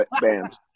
bands